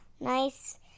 nice